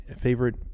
Favorite